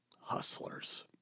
Hustlers